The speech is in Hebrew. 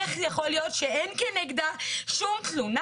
איך יכול להיות שאין כנגדה שום תלונה?